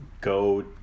go